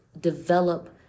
develop